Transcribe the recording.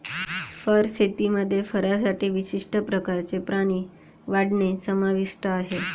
fur शेतीमध्ये फरसाठी विशिष्ट प्रकारचे प्राणी वाढवणे समाविष्ट आहे